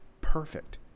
perfect